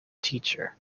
teacher